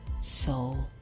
soul